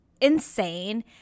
insane